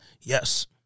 Yes